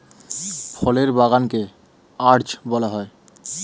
ফলের বাগান কে অর্চার্ড বলা হয়